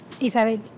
Isabel